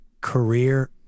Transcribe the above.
career